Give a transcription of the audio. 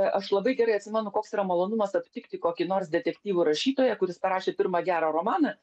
aš labai gerai atsimenu koks yra malonumas aptikti kokį nors detektyvų rašytoją kuris parašė pirmą gerą romaną